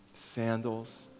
sandals